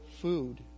food